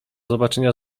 zobaczenia